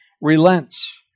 relents